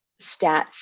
stats